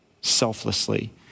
selflessly